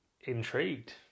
intrigued